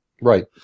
right